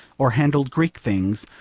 or handled greek things,